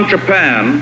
Japan